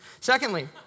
Secondly